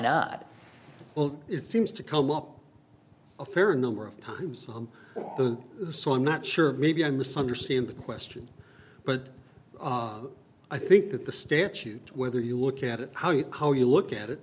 not well it seems to come up a fair number of times so i'm not sure maybe i misunderstand the question but i think that the statute whether you look at it how you call you look at it